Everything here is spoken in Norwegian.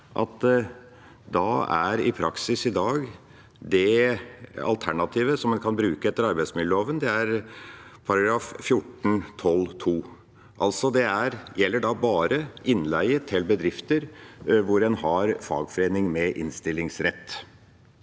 klar over at praksis i dag er at det alternativet en kan bruke etter arbeidsmiljøloven, er § 14-12 andre ledd. Det gjelder da bare innleie til bedrifter hvor en har fagforening med innstillingsrett.